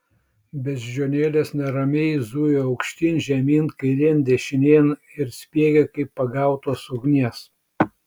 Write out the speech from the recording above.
beždžionėlės neramiai zujo aukštyn žemyn kairėn dešinėn ir spiegė kaip pagautos ugnies